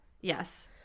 Yes